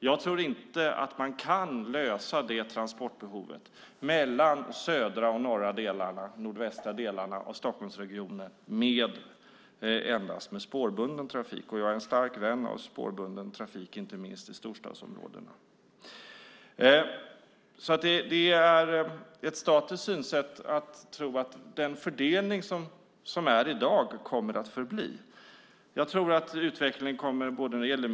Jag tror inte att man kan lösa transportbehovet mellan de södra, norra och nordvästra delarna av Stockholmsregionen med endast spårbunden trafik, även om jag är en stark vän av spårbunden trafik inte minst i storstadsområden. Det är ett statiskt synsätt att tro att den fördelning som är i dag kommer att bestå.